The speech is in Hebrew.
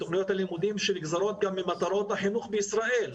גם תוכניות הלימודים שנגזרות ממטרות החינוך בישראל,